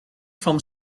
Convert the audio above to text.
from